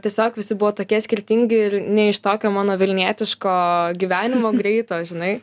tiesiog visi buvo tokie skirtingi ir ne iš tokio mano vilnietiško gyvenimo greito žinai